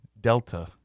delta